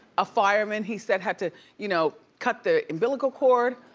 a fireman he said had to you know cut the umbilical cord,